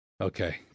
okay